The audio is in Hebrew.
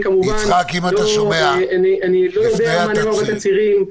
אני לא יודע מה נאמר בתצהירים.